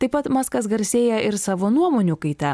taip pat maskas garsėja ir savo nuomonių kaita